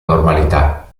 normalità